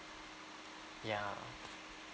ya